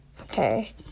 Okay